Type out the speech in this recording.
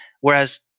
Whereas